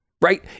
right